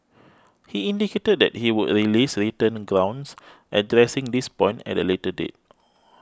he indicated that he would release written grounds addressing this point at a later date